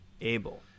Abel